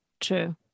True